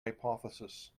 hypothesis